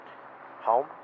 Home